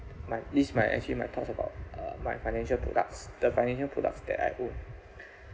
my this is my actually my thoughts about uh my financial products the financial products that I own